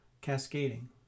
cascading